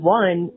one